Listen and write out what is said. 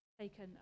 taken